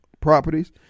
properties